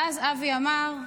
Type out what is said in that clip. ואז אבי אמר: